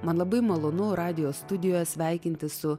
man labai malonu radijo studijoje sveikintis su